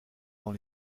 dans